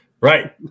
Right